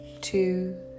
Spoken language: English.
two